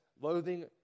loathing